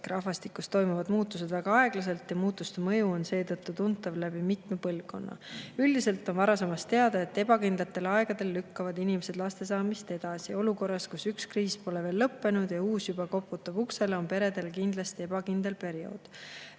Rahvastikus toimuvad muutused väga aeglaselt ja muutuste mõju on seetõttu tuntav läbi mitme põlvkonna. Üldiselt on varasemast teada, et ebakindlatel aegadel lükkavad inimesed laste saamist edasi. Olukorras, kus üks kriis pole veel lõppenud ja uus juba koputab uksele, on peredel kindlasti ebakindel periood.